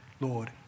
Lord